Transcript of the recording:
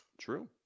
True